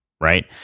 right